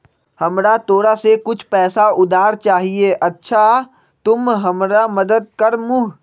हमरा तोरा से कुछ पैसा उधार चहिए, अच्छा तूम हमरा मदद कर मूह?